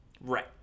Right